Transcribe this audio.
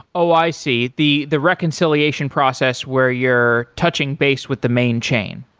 ah i see, the the reconciliation process where you're touching base with the main chain.